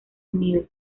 unidos